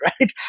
right